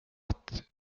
att